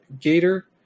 Gator